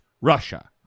Russia